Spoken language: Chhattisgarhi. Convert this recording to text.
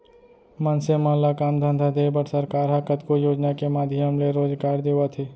मनसे मन ल काम धंधा देय बर सरकार ह कतको योजना के माधियम ले रोजगार देवत हे